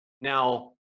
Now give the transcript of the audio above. Now